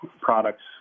products